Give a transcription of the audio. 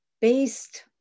based